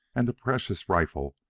and the precious rifle,